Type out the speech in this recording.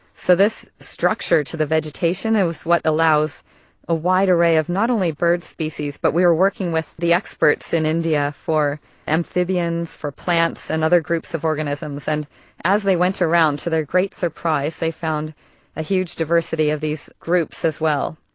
so this structure to the vegetation and is what allows a wide array of not only bird species but we were working with the experts in india for amphibians, for plants and other groups of organisms. and as they went around, to their great surprise they found a huge diversity of these groups as well.